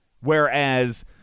Whereas